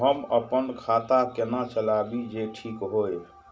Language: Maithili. हम अपन खाता केना चलाबी जे ठीक होय?